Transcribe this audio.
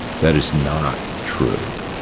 that is not true.